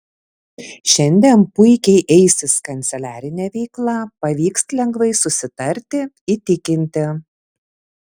šiandien puikiai eisis kanceliarinė veikla pavyks lengvai susitarti įtikinti